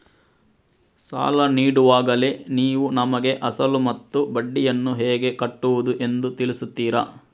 ಸಾಲ ನೀಡುವಾಗಲೇ ನೀವು ನಮಗೆ ಅಸಲು ಮತ್ತು ಬಡ್ಡಿಯನ್ನು ಹೇಗೆ ಕಟ್ಟುವುದು ಎಂದು ತಿಳಿಸುತ್ತೀರಾ?